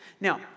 Now